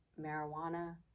marijuana